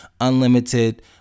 unlimited